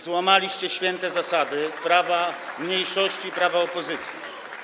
Złamaliście święte zasady prawa mniejszości, prawa opozycji.